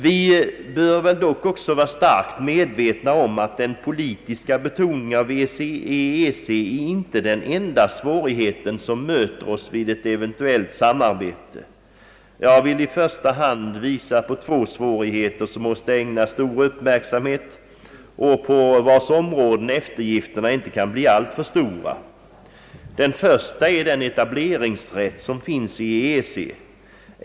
Vi bör dock också vara starkt medvetna om att den politiska betoningen av EEC inte är den enda svårighet som möter oss vid ett eventuellt samarbete. Jag vill i första hand visa på två svårigheter som måste ägnas stor uppmärksamhet och i fråga om vilka våra eftergifter inte kan tillåtas bli alltför stora. Den första är den etableringsrätt som finns i EEC.